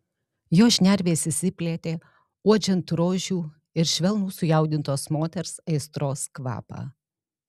jo šnervės išsiplėtė uodžiant rožių ir švelnų sujaudintos moters aistros kvapą